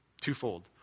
twofold